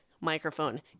microphone